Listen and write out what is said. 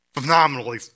phenomenally